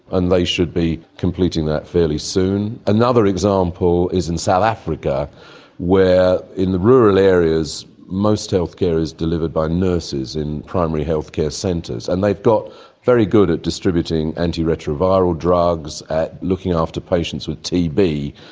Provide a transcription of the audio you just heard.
and they should be completing that fairly soon. another example is in south africa where in the rural areas most healthcare is delivered by nurses in primary health care centres, and they've got very good at distributing antiretroviral drugs, looking after patients with tb,